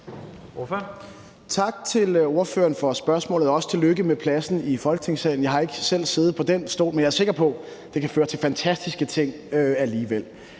Tak til ordføreren for spørgsmålet, og også tillykke med pladsen i Folketingssalen. Jeg har ikke selv siddet på den stol, men jeg er sikker på, at det kan føre til fantastiske ting alligevel.